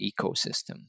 ecosystem